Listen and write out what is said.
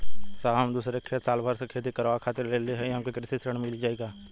साहब हम दूसरे क खेत साल भर खेती करावे खातिर लेहले हई हमके कृषि ऋण मिल जाई का?